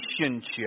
relationship